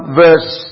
verse